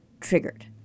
triggered